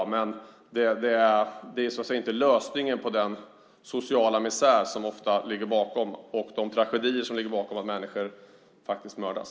Men det är inte lösningen på den sociala misär och de tragedier som ofta ligger bakom att människor faktiskt mördas.